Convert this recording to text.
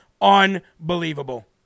Unbelievable